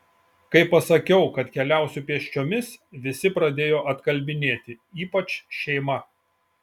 kai pasakiau kad keliausiu pėsčiomis visi pradėjo atkalbinėti ypač šeima